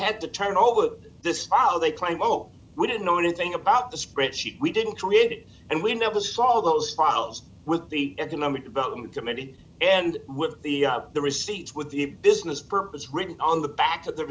had to turn over this file they claim oh we didn't know anything about the spread sheet we didn't create it and we never saw all those files with the economic development committee and with the the receipts with the business purpose written on the back of the